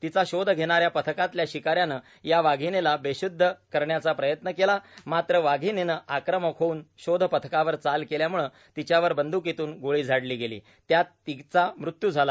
तिचा शोध घेणाऱ्या पथकातल्या शिकाऱ्यानं या वाघिणीला बेशूद्ध करण्याचा प्रयत्न केला मात्र वाघिणीनं आक्रमक होऊन शोध पथकावर चाल केल्यामुळे तिच्यावर बंद्कीतून गोळी झाडली गेली त्यात तिचा मृत्यू झाला